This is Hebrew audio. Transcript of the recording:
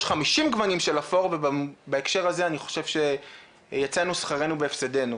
יש 50 גוונים של אפור ובהקשר הזה אני חושב שיצאנו שכרנו בהפסדנו.